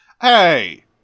Hey